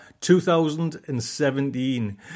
2017